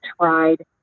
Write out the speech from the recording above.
tried